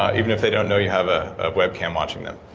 ah even if they don't know you have a webcam watching them.